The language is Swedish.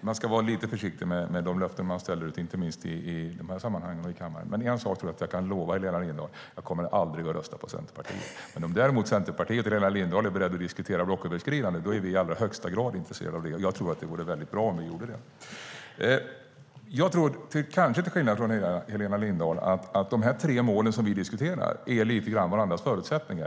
Man ska vara lite försiktig med de löften man ställer ut, inte minst i de här sammanhangen och i kammaren. Men en sak tror jag att jag kan lova Helena Lindahl: Jag kommer aldrig att rösta på Centerpartiet. Men om däremot Centerpartiet och Helena Lindahl är beredda att diskutera blocköverskridande är vi i allra högsta grad intresserade av det. Jag tror att det vore väldigt bra om vi gjorde det. Jag tror, kanske till skillnad från Helena Lindahl, att de tre mål som vi diskuterar är lite grann varandras förutsättningar.